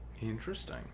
interesting